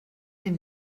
dem